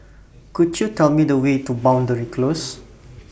Could YOU Tell Me The Way to Boundary Close